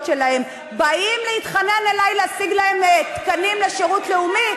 שלהם באים אלי להתחנן שאשיג להם תקנים לשירות לאומי,